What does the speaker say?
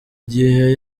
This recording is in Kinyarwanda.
gihe